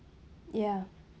ya